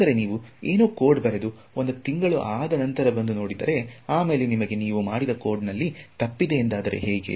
ಆದರೆ ನೀವು ಏನೋ ಕೋಡ್ ಬರೆದು ಒಂದು ತಿಂಗಳು ಅದ ನಂತರ ಬಂದು ನೋಡಿದರೆ ಆಮೇಲೆ ನಿಮಗೆ ನೀವು ಮಾಡಿದ ಕೋಡ್ ನಲ್ಲೇ ತಪ್ಪಿದೆ ಎಂದಾದರೆ ಹೇಗೆ